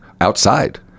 outside